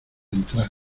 entrar